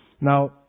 Now